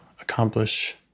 accomplish